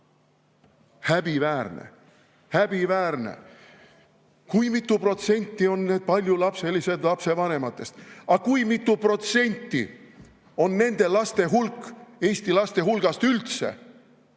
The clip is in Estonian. Häbiväärne. Häbiväärne!"Kui mitu protsenti on need paljulapselised lapsevanematest?" – aga kui mitu protsenti on nende laste hulk Eesti laste hulgast üldse?